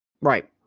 right